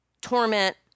torment